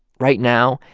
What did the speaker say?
right now,